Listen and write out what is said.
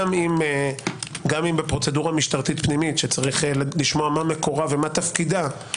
גם אם בפרוצדורה משטרתית פנימית שיש לשמוע מה מקורה ומה תפקידה,